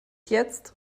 jetzt